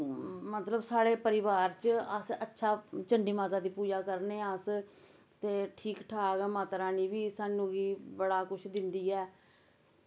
मतलव साढ़े परिवार च अस अच्छा चण्डी माता दी पूजा करने आं अस ते ठीक ठाक आं माता रानी वी साह्नू गी बड़ा कुश दिंदी ऐ